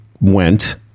went